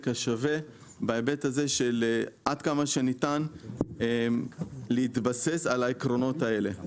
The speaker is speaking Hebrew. השווה בהיבט הזה שעד כמה שניתן להתבסס על העקרונות האלה.